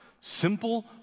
simple